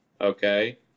okay